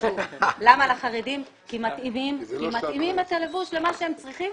הביגוד משמש את החרדים כי מתאימים את הלבוש למה שהם צריכים